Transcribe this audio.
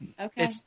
Okay